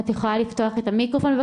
שמעתי ברוב קשב את הדיון החשוב הזה.